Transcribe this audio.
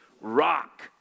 Rock